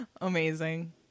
Amazing